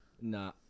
Nah